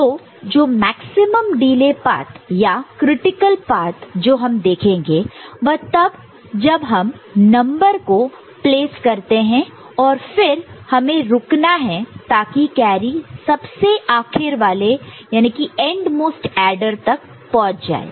तो जो maximum delay path या क्रिटिकल पात जो हम देखेंगे वह तब जब हम नंबर को प्लेस करते हैं और फिर हमें रुकना है ताकि कैरी सबसे आखिर वाले एंडमोस्ट endmost एडर तक पहुंच जाए